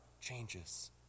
changes